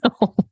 No